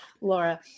Laura